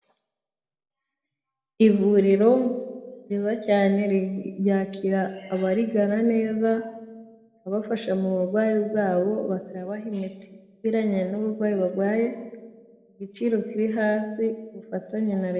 Ivuriro ryiza cyane ryakira abarigana neza rikabafasha mu burwayi bwabo bakabaha imiti ikwiranye n'uburwayi barwaye ku giciro kiri hasi ku bufatanye na leta.